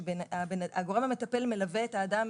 הגורם המטפל מלווה את האדם